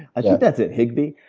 i think that's at higby.